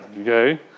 Okay